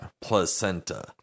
Placenta